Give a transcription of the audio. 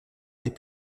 est